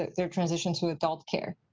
their transition to adult care.